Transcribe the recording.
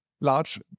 large